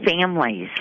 families